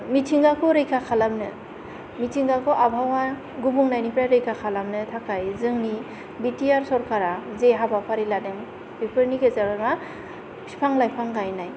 मिथिंगाखौ रैखा खालामनो मिथिंगाखौ आबहावा गुबुंनायनिफाय रैखा खालामनो थाखाय जोंनि बि टि आर सोरखारा जे हाबाफारि लादों बेफोरनि गेजेरावनो बिफां लाइफां गायनाय